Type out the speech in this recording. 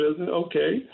okay